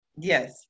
Yes